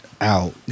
out